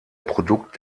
produkt